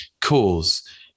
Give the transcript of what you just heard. cause